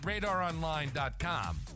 RadarOnline.com